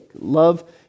Love